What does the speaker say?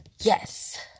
yes